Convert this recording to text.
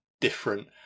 different